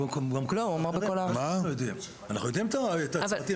אנחנו יודעים על הצמתים,